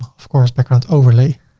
of course background overlay.